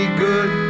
good